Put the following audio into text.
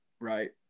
right